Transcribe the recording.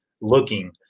looking